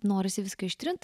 norisi viską ištrint